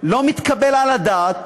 לא מתקבל על הדעת